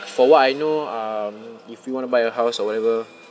for what I know um if you want to buy a house or whatever